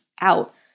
out